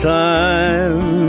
time